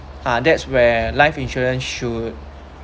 ah that's where life insurance should